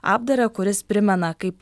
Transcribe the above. apdarą kuris primena kaip